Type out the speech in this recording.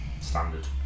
Standard